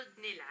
nila